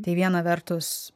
tai viena vertus